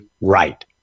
right